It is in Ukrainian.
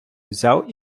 взяв